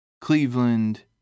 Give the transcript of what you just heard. Cleveland